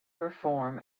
reform